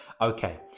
Okay